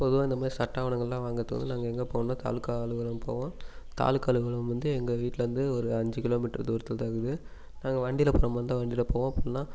பொதுவாக இந்த மாதிரி சட்ட ஆவணங்கள்லாம் வாங்குகிறதுக்கு வந்து நாங்கள் எங்கே போகணும்னா தாலுக்கா அலுவலகம் போவோம் தாலுக்கா அலுவலகம் வந்து எங்க வீட்லலிருந்து ஒரு அஞ்சு கிலோ மீட்டர் தூரத்தில்தான் இருக்குது நாங்கள் வண்டியில போகிற மாதிரி இருந்தால் வண்டியில போவோம் அப்படி இல்லைன்னா